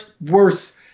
worse